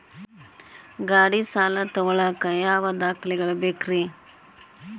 ಗಾಡಿ ಸಾಲ ತಗೋಳಾಕ ಯಾವ ದಾಖಲೆಗಳ ಬೇಕ್ರಿ?